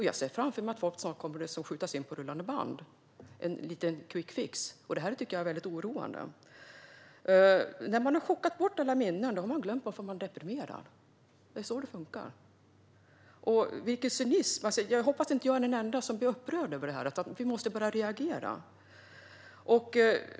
Jag se framför mig att folk kommer att tas in på löpande band för en liten quickfix. Detta tycker jag är oroande. När alla minnen har chockats bort har man glömt varför man är deprimerad. Det är så det funkar. Vilken cynism! Jag hoppas att jag inte är den enda som blir upprörd över detta. Vi måste reagera.